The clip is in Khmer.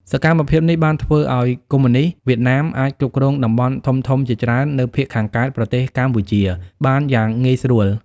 សកម្មភាពនេះបានធ្វើឱ្យកុម្មុយនិស្តវៀតណាមអាចគ្រប់គ្រងតំបន់ធំៗជាច្រើននៅភាគខាងកើតប្រទេសកម្ពុជាបានយ៉ាងងាយស្រួល។